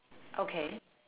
okay